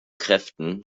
kräften